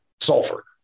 sulfur